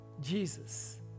Jesus